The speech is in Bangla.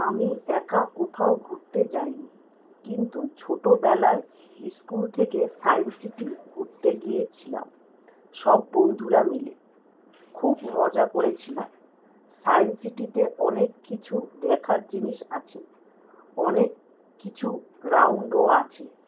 আমি একা কোথাও ঘুরতে যাইনি কিন্তু ছোটোবেলায় স্কুল থেকে সাইন্স সিটি ঘুরতে গিয়েছিলাম সব বন্ধুরা মিলে খুব মজা করেছিলাম সাইন্স সিটিতে অনেক কিছু দেখার জিনিস আছে অনেক কিছু রাউন্ডও আছে